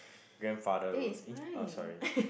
grandfather road eh uh sorry